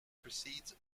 precedes